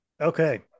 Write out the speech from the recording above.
Okay